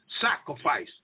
sacrifice